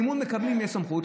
אמון מקבלים מסמכות.